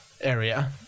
area